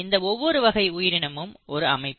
இந்த ஒவ்வொரு வகை உயிரினமும் ஒரு அமைப்பு